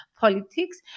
politics